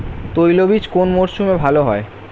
তৈলবীজ কোন মরশুমে ভাল হয়?